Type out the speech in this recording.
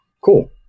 cool